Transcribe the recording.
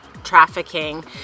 trafficking